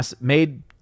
made